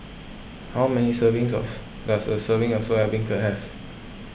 how many servings of does a serving of Soya Beancurd have